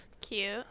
Cute